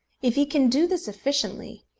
if he can do this efficiently,